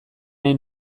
nahi